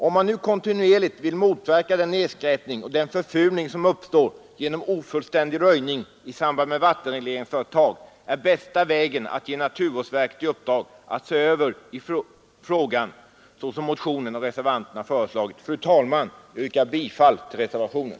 Om man nu kontinuerligt vill motverka den nedskräpning och förfulning som uppstår genom ofullständig röjning i samband med vattenregleringsföretag är bästa vägen att ge naturvårdsverket i uppdrag att se över frågan såsom motionen och reservanterna föreslagit. Fru talman! Jag yrkar bifall till reservationen.